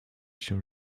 się